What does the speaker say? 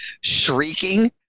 shrieking